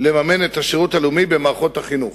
לממן את השירות הלאומי במערכות החינוך.